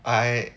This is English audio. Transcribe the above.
I